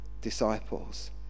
disciples